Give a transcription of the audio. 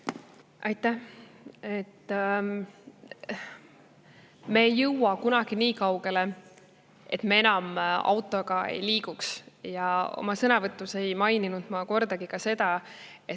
Aitäh! Me ei jõua kunagi nii kaugele, et me enam autoga ei liigu. Oma sõnavõtus ei maininud ma kordagi, et